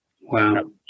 wow